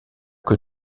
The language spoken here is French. que